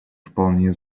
вполне